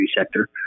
sector